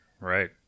Right